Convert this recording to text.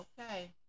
Okay